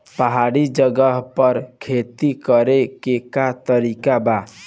पहाड़ी जगह पर खेती करे के का तरीका बा?